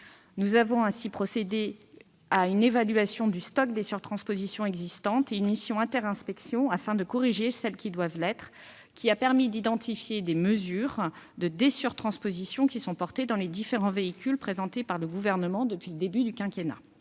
Nous avons ainsi procédé à une évaluation du stock des surtranspositions existantes et mené une mission inter-inspections afin de corriger celles qui devaient l'être. Cela a permis d'identifier des mesures de dé-surtransposition, qui sont portées dans les différents véhicules présentés par le Gouvernement depuis le début du quinquennat,